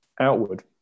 outward